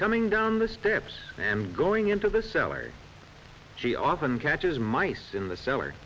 coming down the steps and going into the cellar she often catches mice in the cellar